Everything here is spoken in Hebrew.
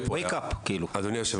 אבל --- אדוני היושב-ראש,